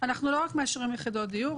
אנחנו לא רק מאשרים יחידות דיור,